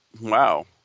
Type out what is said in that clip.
wow